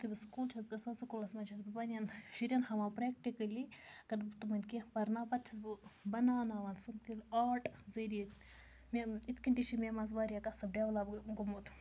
یُتھُے بہٕ سکوٗل چھَس گژھان سکوٗلَس منٛز چھَس بہٕ پنٛنٮ۪ن شُرٮ۪ن ہاوان پرٛٮ۪کٹِکٔلی اگر نہٕ بہٕ تِمَن کینٛہہ پرناو پَتہٕ چھَس بہٕ بَناوناوان سُہ تہِ آٹ ذٔریعہِ مےٚ اِتھ کَنۍ تہِ چھِ مےٚ منٛز واریاہ کَسٕب ڈٮ۪ولَپ گوٚمُت